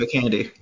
Candy